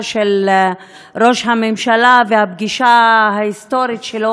של ראש הממשלה והפגישה ההיסטורית שלו,